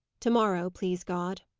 to-morrow, please god.